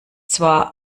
zwar